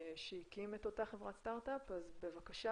שהקים את אותה חברת סטארט אפ, בבקשה.